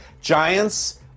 Giants